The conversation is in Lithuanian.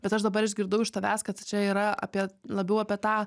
bet aš dabar išgirdau iš tavęs kad čia yra apie labiau apie tą